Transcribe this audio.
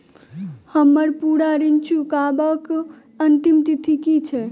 हम्मर पूरा ऋण चुकाबै केँ अंतिम तिथि की छै?